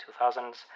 2000s